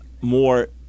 more